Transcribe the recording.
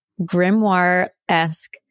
grimoire-esque